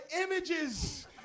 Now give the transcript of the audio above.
images